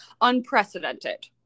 unprecedented